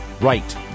right